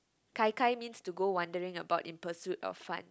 gai-gai means to go wandering about in pursue of fun